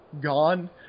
gone